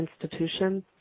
institutions